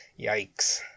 Yikes